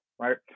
right